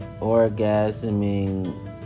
orgasming